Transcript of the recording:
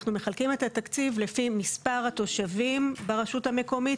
אנחנו מחלקים את התקציב לפי מספר התושבים ברשות המקומית,